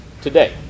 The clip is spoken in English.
today